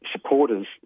supporters